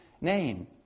name